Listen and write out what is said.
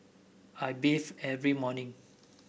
I bathe every morning